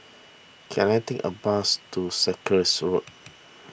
can I take a bus to Sarkies Road